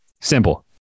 simple